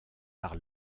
par